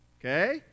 Okay